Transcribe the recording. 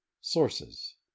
sources